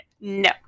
no